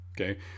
okay